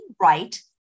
right